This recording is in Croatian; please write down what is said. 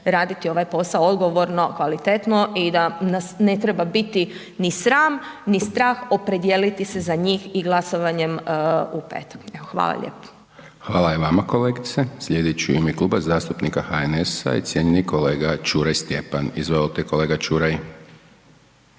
raditi ovaj posao odgovorno, kvalitetno i da nas ne treba biti ni sram ni strah opredijeliti se za njih i glasovanjem u petak. Evo hvala lijepa. **Hajdaš Dončić, Siniša (SDP)** Hvala i vama kolegice. Slijedeći u ime Kluba zastupnika HNS-a i cijenjeni kolega Čuraj Stjepan. Izvolite, kolega Čuraj.